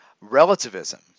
relativism